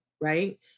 right